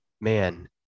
man